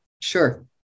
Sure